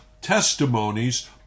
testimonies